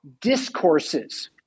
discourses